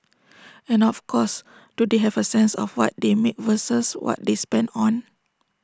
and of course do they have A sense of what they make versus what they spend on